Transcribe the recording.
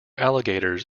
alligators